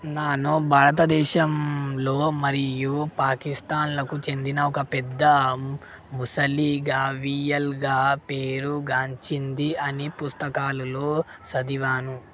నాను భారతదేశంలో మరియు పాకిస్తాన్లకు చెందిన ఒక పెద్ద మొసలి గావియల్గా పేరు గాంచింది అని పుస్తకాలలో సదివాను